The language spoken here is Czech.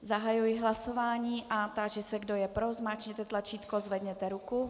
Zahajuji hlasování a táži se, kdo je pro, zmáčkněte tlačítko a zvedněte ruku.